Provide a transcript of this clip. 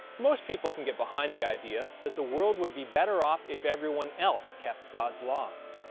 most people can get behind the idea that the world would be better off if everyone else kept god's laws.